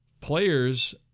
players